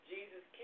Jesus